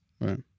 Right